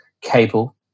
cable